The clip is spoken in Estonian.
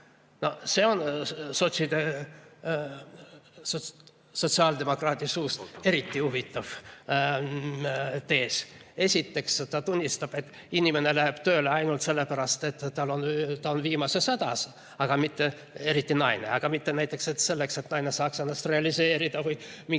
see on sotsiaaldemokraadi suust eriti huvitav tees. Esiteks, ta tunnistab, et inimene läheb tööle ainult sellepärast, et ta on viimases hädas, eriti naine, aga mitte näiteks selleks, et ta saaks ennast realiseerid, või mingisugused